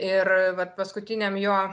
ir vat paskutiniam jo